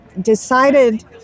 decided